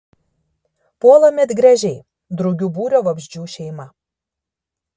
puola medgręžiai drugių būrio vabzdžių šeima